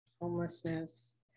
Homelessness